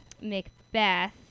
Macbeth